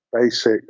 basic